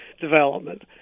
development